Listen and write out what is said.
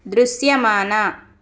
దృశ్యమాన